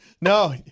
No